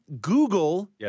Google